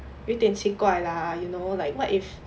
有点奇怪 lah you know like what if